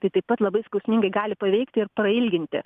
tai taip pat labai skausmingai gali paveikti ir prailginti